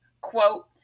Quote